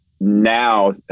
now